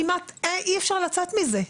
כמעט אי אפשר לצאת מזה,